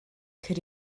could